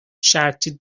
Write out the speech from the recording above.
shouted